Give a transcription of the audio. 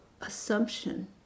assumption